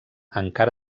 encara